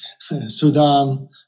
Sudan